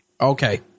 Okay